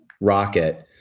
rocket